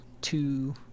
two